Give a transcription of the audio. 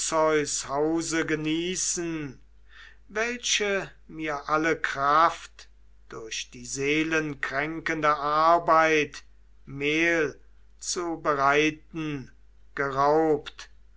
genießen welche mir alle kraft durch die seelenkränkende arbeit mehl zu bereiten geraubt